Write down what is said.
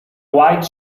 white